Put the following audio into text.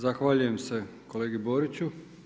Zahvaljujem se kolegi Boriću.